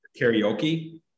Karaoke